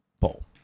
poll